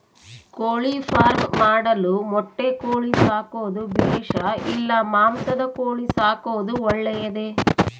ಕೋಳಿಫಾರ್ಮ್ ಮಾಡಲು ಮೊಟ್ಟೆ ಕೋಳಿ ಸಾಕೋದು ಬೇಷಾ ಇಲ್ಲ ಮಾಂಸದ ಕೋಳಿ ಸಾಕೋದು ಒಳ್ಳೆಯದೇ?